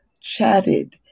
chatted